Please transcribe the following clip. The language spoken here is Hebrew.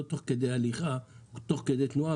לא כמו שתוך כדי הליכה או תוך כדי תנועה